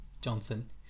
Johnson